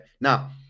now